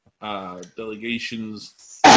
Delegations